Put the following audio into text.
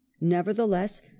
Nevertheless